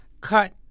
cut